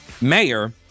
mayor